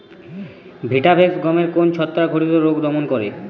Vitavax গমের কোন ছত্রাক ঘটিত রোগ দমন করে?